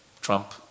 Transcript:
Trump